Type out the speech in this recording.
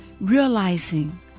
realizing